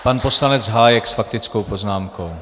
Pan poslanec Hájek s faktickou poznámkou.